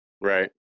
Right